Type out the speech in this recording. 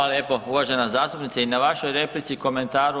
lijepo uvažena zastupnice i na vašoj replici i komentaru.